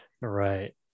Right